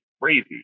crazy